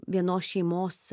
vienos šeimos